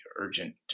urgent